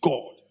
God